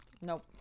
Nope